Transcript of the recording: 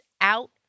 out